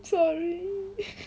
sorry